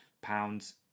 pounds